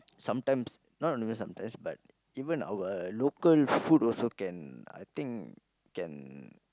sometimes not even sometimes but even our local food also can I think can